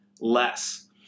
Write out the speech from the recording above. less